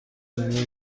زنده